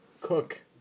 cook